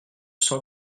cent